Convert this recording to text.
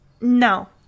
No